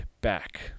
back